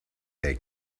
they